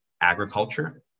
agriculture